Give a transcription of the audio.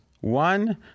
one